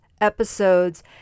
episodes